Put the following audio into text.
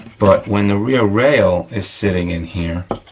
but when the rear rail is sitting in here,